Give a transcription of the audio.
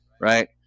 Right